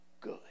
good